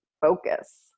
focus